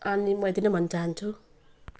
अनि म यति नै भन्न चाहन्छु